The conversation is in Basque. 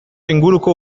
inguruko